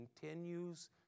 continues